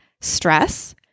stress